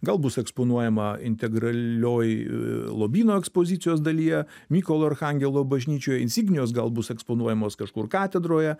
gal bus eksponuojama integralioj lobyno ekspozicijos dalyje mykolo archangelo bažnyčioje insignijos gal bus eksponuojamos kažkur katedroje